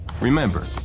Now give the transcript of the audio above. Remember